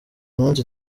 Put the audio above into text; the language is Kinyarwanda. munsi